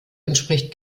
entspricht